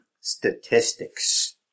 statistics